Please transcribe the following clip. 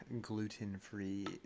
gluten-free